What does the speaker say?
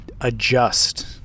adjust